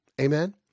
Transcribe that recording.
Amen